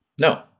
No